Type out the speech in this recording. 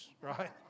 right